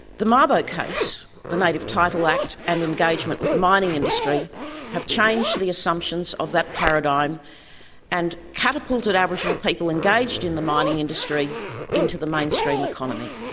the mabo case, the native title act and engagement with the mining industry have changed the assumptions of that paradigm and catapulted aboriginal people engaged in the mining industry into the mainstream economy.